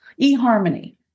eHarmony